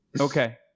Okay